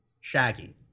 shaggy